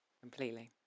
completely